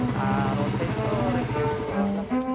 ଆର୍ ଅଠେଇଶ ଶହରେ ଫିକ୍ସ୍ କର ହେଲା